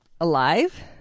Alive